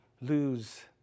lose